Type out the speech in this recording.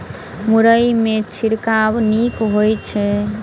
मुरई मे छिड़काव नीक होइ छै?